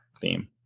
theme